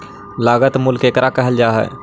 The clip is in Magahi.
लागत मूल्य केकरा कहल जा हइ?